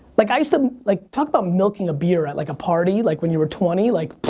like i used to, like talk about milking a beer at like a party. like when you were twenty. like